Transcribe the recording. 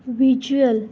visual